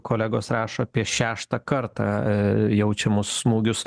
kolegos rašo apie šeštą kartą jaučiamus smūgius